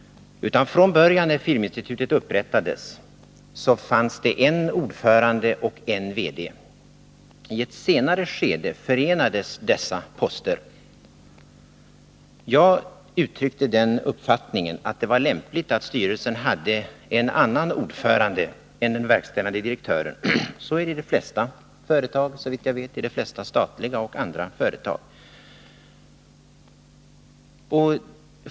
Från början när Filminstitutet upprättades fanns det en ordförande och en VD. I ett senare skede förenades dessa poster. Jag uttryckte den uppfattningen att det var lämpligt att styrelsen hade en annan ordförande än den verkställande direktören — så är det såvitt jag vet i de flesta statliga och andra företag.